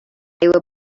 will